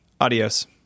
Adios